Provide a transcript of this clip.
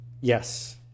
Yes